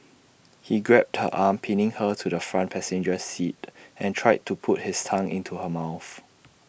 he grabbed her arms pinning her to the front passenger seat and tried to put his tongue into her mouth